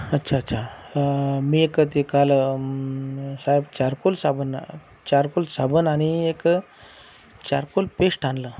अच्छा अच्छा मी एक ते काल साहेब चारकोल साबण चारकोल साबण आणि एक चारकोल पेस्ट आणलं